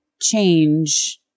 change